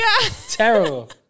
terrible